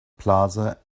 plaza